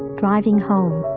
driving home.